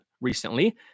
recently